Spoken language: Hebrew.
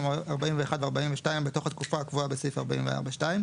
41 ו-42 בתוך התקופה הקבועה בסעיף 44(2),